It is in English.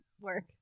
work